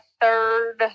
third